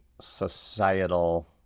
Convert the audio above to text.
societal